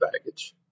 baggage